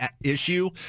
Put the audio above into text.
issue